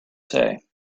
say